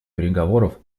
переговоров